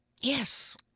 Yes